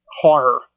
horror